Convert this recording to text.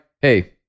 Hey